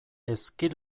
ezki